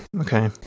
Okay